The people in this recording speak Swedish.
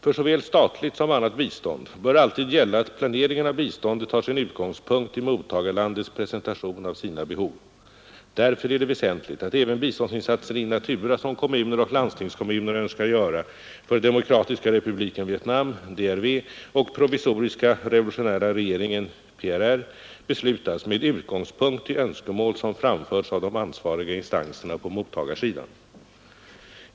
För såväl statligt som annat bistånd bör alltid gälla att planeringen av biståndet tar sin utgångspunkt i mottagarlandets presentation av sina behov. Därför är det väsentligt att även biståndsinsatser in natura som kommuner och landstingskommuner önskar göra för Demokratiska republiken Vietnam och Provisoriska revolutionära regeringen beslutas med utgångspunkt i önskemål som framförts av de ansvariga instanserna på mottagarsidan.